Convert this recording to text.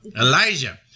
Elijah